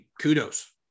kudos